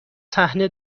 صحنه